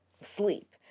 sleep